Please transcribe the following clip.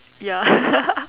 ya